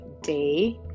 day